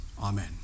Amen